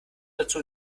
dazu